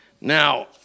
Now